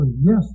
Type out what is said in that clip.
yes